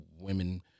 women